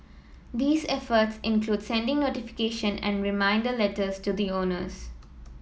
these efforts include sending notification and reminder letters to the owners